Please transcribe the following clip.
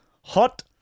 Hot